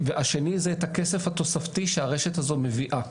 והשני זה את הכסף התוספתי שהרשת הזו מביאה.